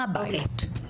מה הבעיות?